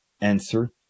answer